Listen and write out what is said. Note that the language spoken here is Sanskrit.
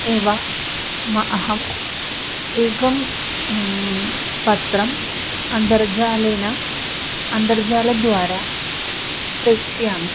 एव मे अहम् एकं पत्रम् अन्तर्जालेन अन्तर्जालद्वारा प्रेषयामि